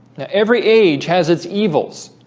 that every age has its evils